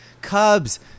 Cubs